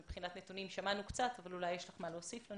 מבחינת הנתונים שמענו קצת אבל אולי יש לך מה להוסיף.